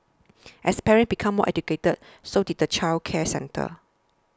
as parents became more educated so did the childcare centres